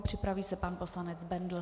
Připraví se pan poslanec Bendl.